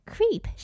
Creep